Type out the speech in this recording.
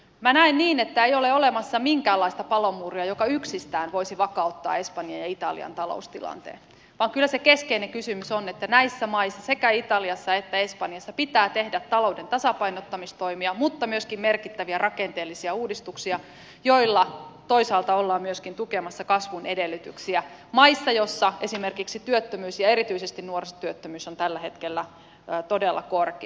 minä näen niin että ei ole olemassa minkäänlaista palomuuria joka yksistään voisi vakauttaa espanjan ja italian taloustilanteen vaan kyllä se keskeinen kysymys on että näissä maissa sekä italiassa että espanjassa pitää tehdä talouden tasapainottamistoimia mutta myöskin merkittäviä rakenteellisia uudistuksia joilla toisaalta ollaan myöskin tukemassa kasvun edellytyksiä maissa joissa esimerkiksi työttömyys ja erityisesti nuorisotyöttömyys on tällä hetkellä todella korkea